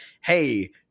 hey